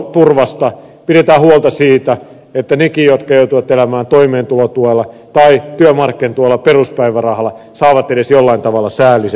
pidetään huolta siitä että nekin jotka joutuvat elämään toimeentulotuella tai työmarkkinatuella peruspäivärahalla saavat edes jollain tavalla säällisen elämän